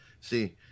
See